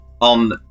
on